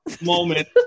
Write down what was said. moment